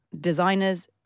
designers